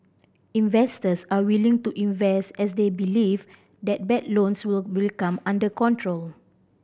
investors are willing to invest as they believe that bad loans will come under control